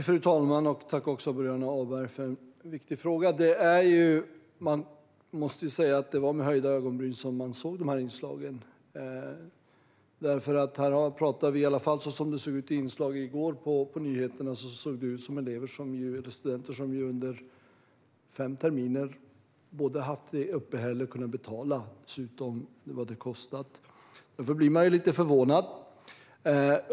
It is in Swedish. Fru talman! Tack, Boriana Åberg, för en viktig fråga! Det var med höjda ögonbryn man såg dessa inslag. Det vi pratar om, i alla fall som det såg ut i inslaget i går, är elever eller studenter som under fem terminer både haft uppehälle och kunnat betala vad det kostat. Därför blir man lite förvånad.